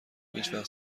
هیچوقت